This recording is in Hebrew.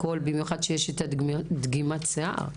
במיוחד שיש דגימת שיער.